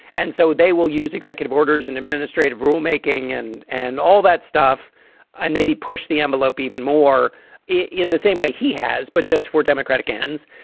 and so they will use executive orders and administrative rulemaking and and all that stuff and maybe push the envelope even more in the same way he has. but just four democratic ends,